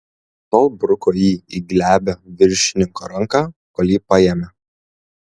tol bruko jį į glebią viršininko ranką kol jį paėmė